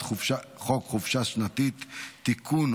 אני קובע כי הצעת חוק שירות המדינה (מינויים) (תיקון,